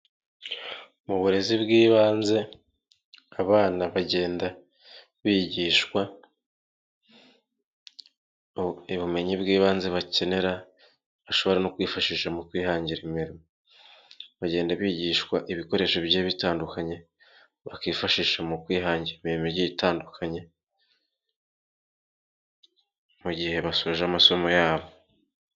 Mu burezi bw'ibanze abana bagenda bigishwa ubumenyi bw'ibanze bakenera bashobora no kwifashisha mu kwihangira bagenda bigishwa ibikore bitandukanye bakishi mu kwi mu gihe baje amasomo yabo.